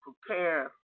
prepare